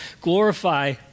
glorify